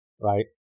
right